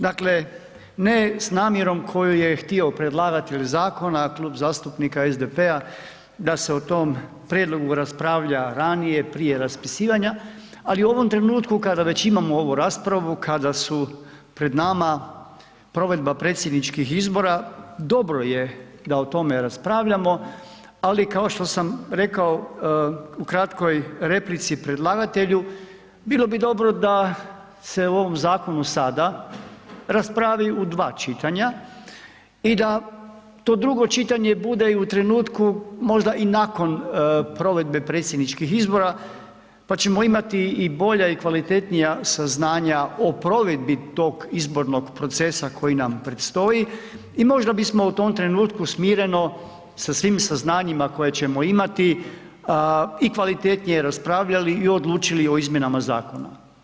Dakle ne s namjerom koju je htio predlagatelj zakona Klub zastupnika SDP-a da se o tom prijedlogu raspravlja ranije, prije raspisivanja ali u ovom trenutku kada već imamo ovu raspravu, kada su pred nama provedba predsjedničkih izbora dobro je da o tome raspravljamo ali kao što sam rekao u kratkoj replici predlagatelju bilo bi dobro da se o ovom zakonu sada raspravi u dva čitanja i da to drugo čitanje bude i u trenutku možda i nakon provedbe predsjedničkih izbora pa ćemo imati i bolja i kvalitetnija saznanja o provedbi tog izbornog procesa koji nam predstoji i možda bismo u tom trenutku smireno sa svim saznanjima koja ćemo imati i kvalitetnije raspravljali i odlučili o izmjenama zakona.